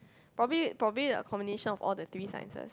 probably probably the combination of all three sciences